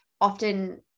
often